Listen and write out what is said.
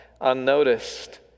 unnoticed